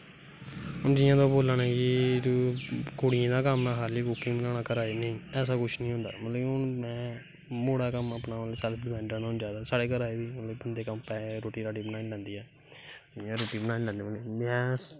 जि'यां में बोला ना कि कुड़ियें दा कम्म ऐ खाल्ली कुकिंग बनाना घरा दा ऐसी कुश नी होंदा हून में मुड़ा कम्म अपनी सैल्फ डिपैंडैंट होना चाही दा साढ़ै घरा च बी बंदे रुट्टी रट्टी बनाई लैंदे ऐं इ'यां रुट्टी बनाई लेंदे न में